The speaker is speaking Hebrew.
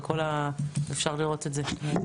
ואפשר לראות את זה.